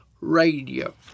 Radio